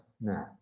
no